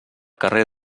carrer